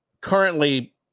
currently